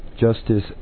Justice